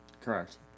Correct